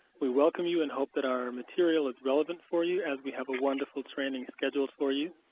we welcome you and hope that our material is relevant for you, as we have a wonderful training scheduled for you.